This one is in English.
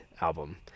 album